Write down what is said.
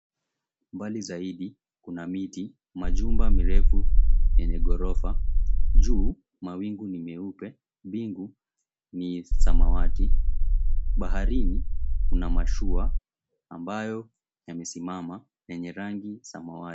Mbali zaidi kuna miti, majumba mirefu yenye ghorofa juu mawingu ni meupe bingu ni samawati baharin, kuna mashua ambayo yamesimama yenye rangi samawati.